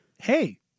Hey